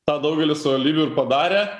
tą daugelis savivaldybių ir padarė